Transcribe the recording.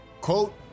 Quote